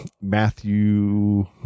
Matthew